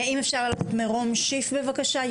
אם אפשר להעלות את מירום שיף בבקשה,